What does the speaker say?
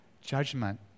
Judgment